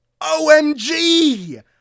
OMG